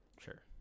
Sure